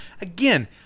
Again